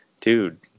dude